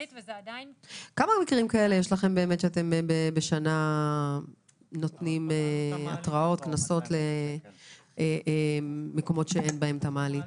בכמה מקרים במשך השנה אתם נותנים התראות וקנסות למקומות שאין בהם מעלית?